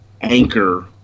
anchor